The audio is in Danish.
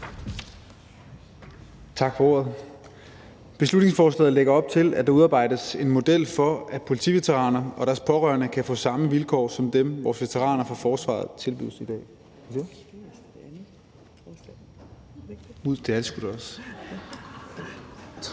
Tak for det. Beslutningsforslaget lægger op til, at der udarbejdes en model for, at politiveteraner og deres pårørende kan få samme vilkår som dem, vores veteraner fra forsvaret tilbydes i dag. Jeg vil gerne